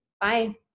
Bye